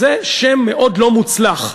זה שם מאוד לא מוצלח.